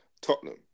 Tottenham